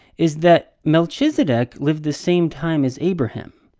is that melchizedek lived the same time as abraham.